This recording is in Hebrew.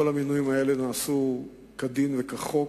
כל המינויים האלה נעשו כדין וכחוק,